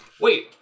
Wait